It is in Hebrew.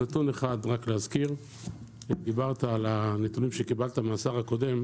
אזכיר נתון אחד דיברת על הנתונים שקיבלת מהשר הקודם,